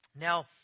Now